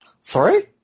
Sorry